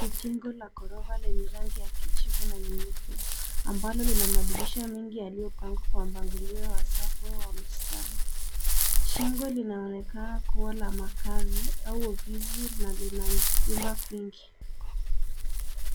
Ni jengo la ghorofa lenye rangi ya kijivu na nyeupe, ambalo lina madirisha mengi yaliyopangwa kwa mpangilio wa safu ya mistari . Jengo linaonekana kuwa la makazi au ofisi na lina vyumba vingi.